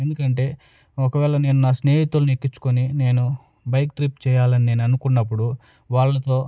ఎందుకంటే ఒకవేళ నేను నా స్నేహితుల్ని ఎక్కించుకుని నేను బైక్ ట్రిప్ చెయ్యాలని నేను అనుకున్నప్పుడు వాళ్ళతో